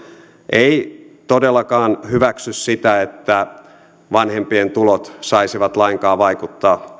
ei todellakaan hyväksy sitä että vanhempien tulot lainkaan vaikuttaisivat